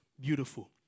beautiful